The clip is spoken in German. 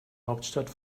hauptstadt